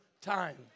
time